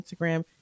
Instagram